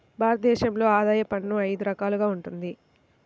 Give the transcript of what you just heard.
భారత దేశంలో ఆదాయ పన్ను అయిదు రకాలుగా వుంటది